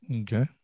Okay